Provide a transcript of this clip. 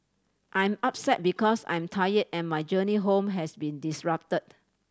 I'm upset because I'm tired and my journey home has been disrupted